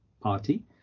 party